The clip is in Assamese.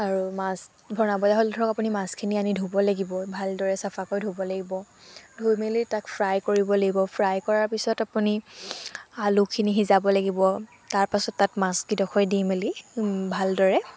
আৰু মাছ বনাবলৈ হ'লে ধৰক আপুনি মাছখিনি আনি ধুব লাগিব ভালদৰে চাফাকৈ ধুব লাগিব ধুই মেলি তাক ফ্ৰাই কৰিব লাগিব ফ্ৰাই কৰাৰ পিছত আপুনি আলুখিনি সিজাব লাগিব তাৰপাছত তাত মাছকেইডোখৰ দি মেলি ভালদৰে